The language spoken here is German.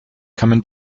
kamen